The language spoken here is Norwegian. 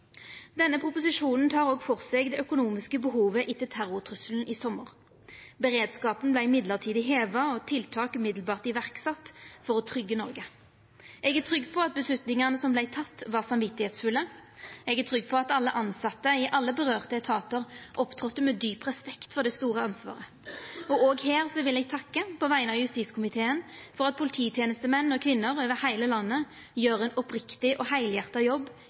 Denne proposisjonen tek òg for seg det økonomiske behovet etter terrortrusselen i sommar. Beredskapen vart mellombels heva, og tiltak vart straks sette i verk for å tryggja Noreg. Eg er trygg på at avgjerdene som vart tekne, var samvitsfulle. Eg er trygg på at alle tilsette i alle gjeldande etatar opptredde med djup respekt for det store ansvaret. Òg her vil eg takka på vegner av justiskomiteen for at polititenestemenn og -kvinner over heile landet gjer ein oppriktig og heilhjarta jobb